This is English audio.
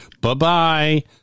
bye-bye